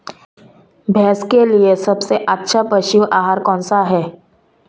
भैंस के लिए सबसे अच्छा पशु आहार कौनसा है?